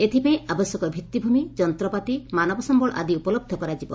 ଏଥିପାଇଁ ଆବଶ୍ୟକ ଭିଉିଭ୍ମି ଯନ୍ତପାତି ମାନବସମ୍ୟଳ ଆଦି ଉପଲହ କରାଯିବ